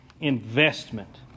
investment